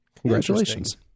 congratulations